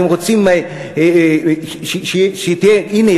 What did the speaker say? אתם רוצים שיהיה: הנה,